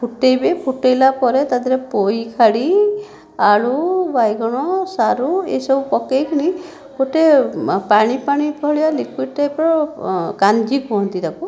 ଫୁଟାଇବେ ଫୁଟାଇଲା ପରେ ତା' ଦେହରେ ପୋଇଖାଡ଼ି ଆଳୁ ବାଇଗଣ ସାରୁ ଏହିସବୁ ପକେଇକିନି ଗୋଟିଏ ପାଣି ପାଣି ଭଳିଆ ଲିକ୍ୱିଡ ଟାଇପ୍ର କାଞ୍ଜି କହନ୍ତି ତାକୁ